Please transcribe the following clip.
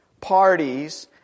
parties